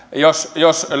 jos